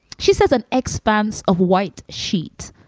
she says an expanse of white sheet